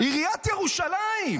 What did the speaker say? עיריית ירושלים.